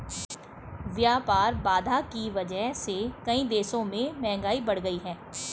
व्यापार बाधा की वजह से कई देशों में महंगाई बढ़ गयी है